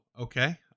okay